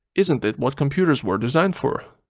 isn't it what computers were designed for?